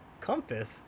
Compass